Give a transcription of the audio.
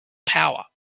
power